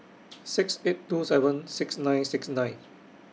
six eight two seven six nine six nine